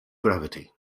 gravity